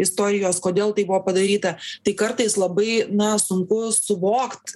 istorijos kodėl tai buvo padaryta tai kartais labai na sunku suvokt